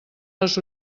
les